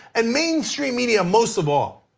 and mainstream media most of all,